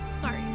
Sorry